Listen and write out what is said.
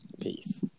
Peace